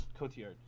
Cotillard